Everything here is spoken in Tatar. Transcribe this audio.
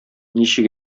ничек